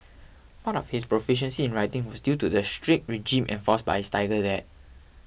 part of his proficiency in writing was due to the strict regime enforced by his tiger dad